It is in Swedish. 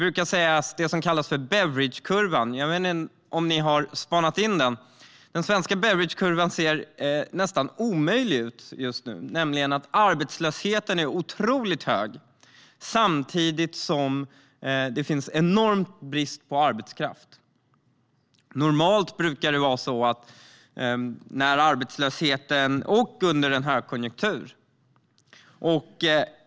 Jag vet inte om ni har spanat in den svenska Beveridgekurvan. Den ser nästan omöjlig ut just nu: Arbetslösheten är otroligt hög samtidigt som det råder enorm brist på arbetskraft, och detta sker under en högkonjunktur.